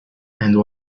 and